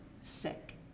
sick